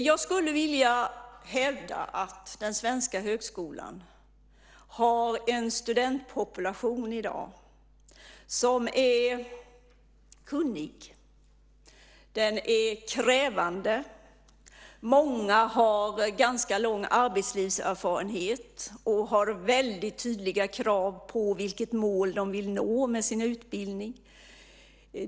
Jag skulle vilja hävda att den svenska högskolan i dag har en studentpopulation som är kunnig och krävande. Många har ganska lång arbetslivserfarenhet och väldigt tydliga krav på vilket mål de vill nå med sin utbildning.